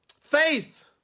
Faith